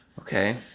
Okay